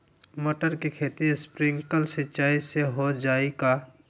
मटर के खेती स्प्रिंकलर सिंचाई से हो जाई का?